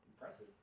impressive